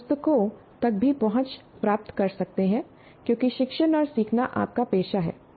आप पुस्तकों तक भी पहुँच प्राप्त कर सकते हैं क्योंकि शिक्षण और सीखना आपका पेशा है